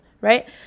right